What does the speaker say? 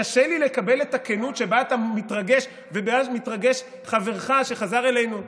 קשה לי לקבל את הכנות שבה אתה מתרגש ושמתרגש חברך שחזר אלינו,